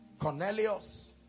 Cornelius